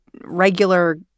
regular